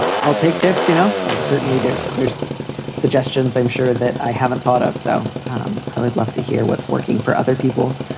i'll take tips. you know, like certainly there's there's suggestions, i'm sure that i haven't thought of. so i would love to hear what's working for other people.